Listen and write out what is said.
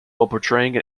portraying